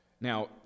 Now